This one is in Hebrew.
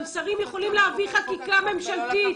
גם שרים יכולים להביא חקיקה ממשלתית,